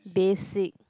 basic